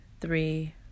three